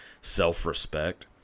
self-respect